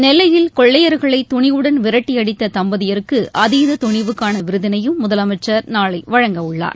நெல்லையில் கொள்ளையர்களை துணிவுடன் விரட்டியடித்த தம்பதியருக்கு அதீத துணிவுக்கான விருதினையும் முதலமைச்சர் நாளை வழங்க உள்ளார்